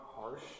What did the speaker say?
harsh